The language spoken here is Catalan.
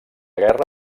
guerra